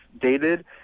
dated